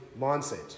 mindset